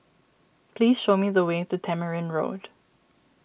please show me the way to Tamarind Road